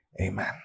Amen